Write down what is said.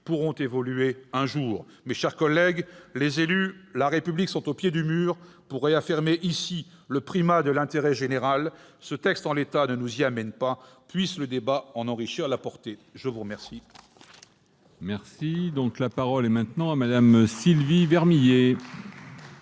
pourront évoluer ... un jour. Mes chers collègues, les élus, la République, sont au pied du mur pour réaffirmer ici le primat de l'intérêt général. Ce texte en l'état ne nous y conduit pas. Puisse le débat en enrichir la portée ! La parole